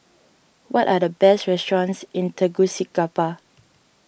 what are the best restaurants in Tegucigalpa